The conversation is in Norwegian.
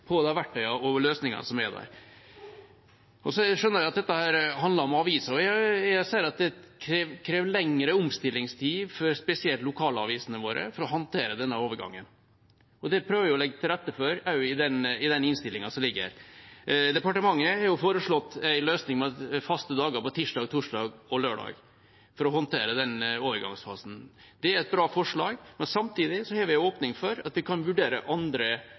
gjennom de verktøyene og løsningene som er der. Jeg skjønner at dette også handler om aviser, og jeg ser at det kreves lengre omstillingstid spesielt for lokalavisene våre for å håndtere denne overgangen. Det prøver vi også å legge til rette for i den innstillingen som ligger her. Departementet har foreslått en løsning med faste dager, tirsdag, torsdag og lørdag, for å håndtere denne overgangsfasen. Det er et bra forslag, men samtidig har vi en åpning for at departementet kan vurdere andre